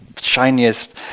shiniest